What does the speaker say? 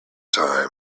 time